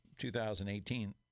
2018